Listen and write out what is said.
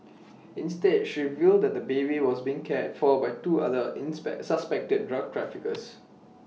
instead she revealed that the baby was being cared for by two other inspect suspected drug traffickers